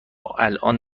الآن